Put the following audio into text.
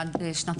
עד שנת